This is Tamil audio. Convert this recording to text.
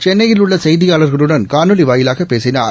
சென்னையில் உள்ள செய்தியாளர்களுடன் காணொலி வாயிலாக பேசினார்